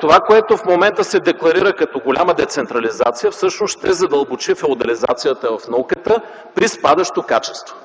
Това, което в момента се декларира като голяма децентрализация, всъщност ще задълбочи феодализацията в науката при спадащо качество.